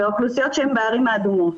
ואוכלוסיות שהן בערים האדומות.